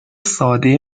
ساده